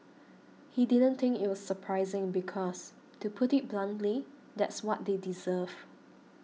he didn't think it was surprising because to put it bluntly that's what they deserve